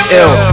ill